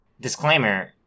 disclaimer